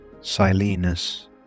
Silenus